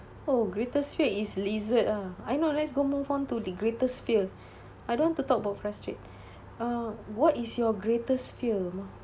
oh greatest fear is lizard ah I know let's go move on to the greatest fear I don't want to talk about frustrate uh what is your greatest fear